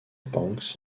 banks